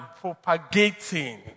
propagating